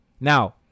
Now